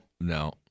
No